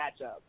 matchup